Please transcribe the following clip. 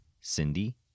Cindy